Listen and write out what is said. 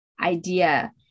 idea